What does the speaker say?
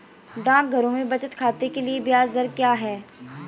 डाकघरों में बचत खाते के लिए ब्याज दर क्या है?